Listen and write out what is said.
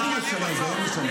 כמה רבנים בסוף?